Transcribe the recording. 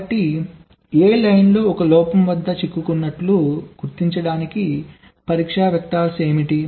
కాబట్టి A లైన్లో 1 లోపం వద్ద చిక్కుకున్నట్లు గుర్తించడానికి పరీక్షా వెక్టర్స్ ఏమిటి